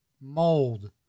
mold